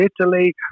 Italy